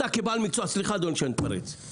סליחה, אדוני, שאני מתפרץ.